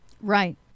Right